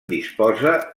disposa